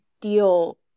deal